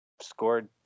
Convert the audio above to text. scored